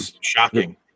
Shocking